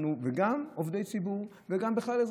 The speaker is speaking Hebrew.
וגם עובדי ציבור, וגם בכלל אזרחים.